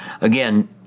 again